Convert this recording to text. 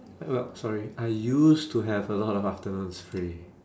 sorry I used to have a lot of afternoons free